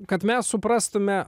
kad mes suprastume